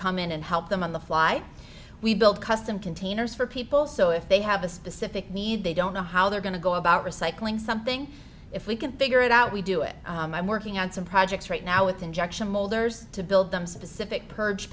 come in and help them on the fly we build custom containers for people so if they have a specific need they don't know how they're going to go about recycling something if we can figure it out we do it by working on some projects right now with injection molders to build them specific purge